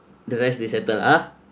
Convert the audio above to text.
the rest they settle ah